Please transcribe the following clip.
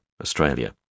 Australia